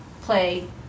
play